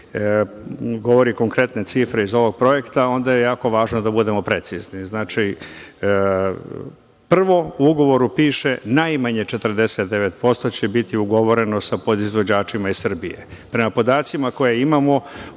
govori konkretne cifre iz ovog projekta, onda je jako važno da budemo precizni. Znači, prvo, u ugovoru piše – najmanje 49% će biti ugovoreno sa podizvođačima iz Srbije. Prema podacima koje imamo